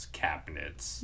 cabinets